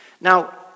now